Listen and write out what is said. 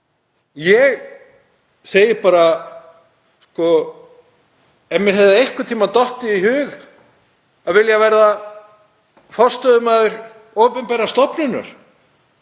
Ég segi bara: Ef mér hefði einhvern tíma dottið í hug að vilja verða forstöðumaður opinberrar stofnunar